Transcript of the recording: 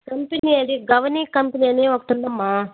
company అది గవనీ company అని ఒకటుందమ్మా